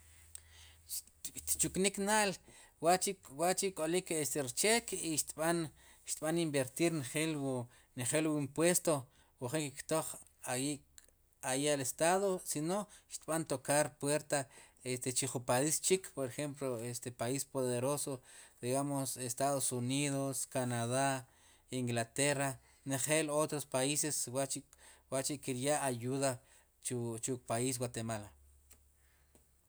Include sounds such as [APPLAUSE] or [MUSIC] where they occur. Xtchuknik na'l wa'chi', wa'chi' k'olik este rcheek i xtb'an, axtb'an invertir njel, njel wu [HESITATION] impueston wu njin ktoj ahí al estado sino xtb'an tokar puerta chi jun pais chik por ejemplo país poderoso digamos estado unidos canadá, inglaterra ngel otros paises wachi, wa'chi' kiryaa ayuda chu wu pais guatemala..